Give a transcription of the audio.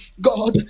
God